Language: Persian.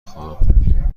خواهم